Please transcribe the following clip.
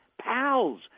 pals